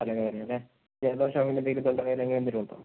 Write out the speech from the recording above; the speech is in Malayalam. തലവേദന അല്ലെ ജലദോഷം അങ്ങനെ എന്തെങ്കിലും തൊണ്ടവേദന അങ്ങനെ എന്തെങ്കിലും ഉണ്ടോ